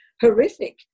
horrific